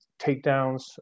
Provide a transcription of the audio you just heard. takedowns